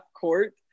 court